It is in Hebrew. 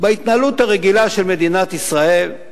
בהתנהלות הרגילה של מדינת ישראל,